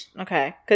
Okay